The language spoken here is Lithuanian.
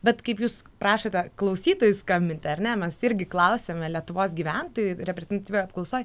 bet kaip jūs prašote klausytojų skambinti ar ne mes irgi klausiame lietuvos gyventojų reprezentatyvioj apklausoj